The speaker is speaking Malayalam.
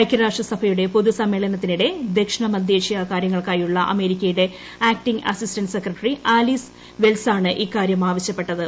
ഐക്യരാഷ്ട്രസഭയുടെ പൊതു സമ്മേളനത്തിനിട്ട് ദക്ഷിണ മദ്ധ്യേഷ്യ കാര്യങ്ങൾക്കുള്ള അമേരിക്കയുടെ ആക്ടിംഗ്അസിസ്റ്റന്റ് സെക്രട്ടറി ആലീസ്വെൽസ് ആണ് ഇക്കാര്യം ആവശ്യപ്പെട്ടത്